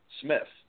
Smith